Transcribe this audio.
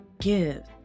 give